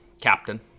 Captain